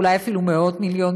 ואולי אפילו מאות מיליונים,